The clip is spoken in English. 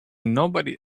nobody